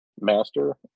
Master